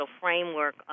framework